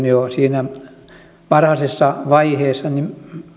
jo siinä lainvalmistelun varhaisessa vaiheessa